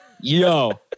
Yo